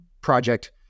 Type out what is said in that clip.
project